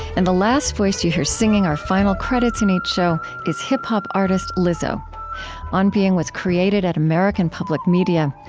and the last voice you hear singing our final credits in each show is hip-hop artist lizzo on being was created at american public media.